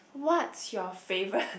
what's your favourite